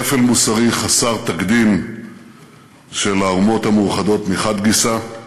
שפל מוסרי חסר תקדים של האומות המאוחדות מחד גיסא,